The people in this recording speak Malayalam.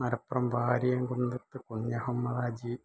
മലപ്പുറം വാരിയം കുന്നത്ത് കുഞ്ഞഹമ്മദ് ഹാജി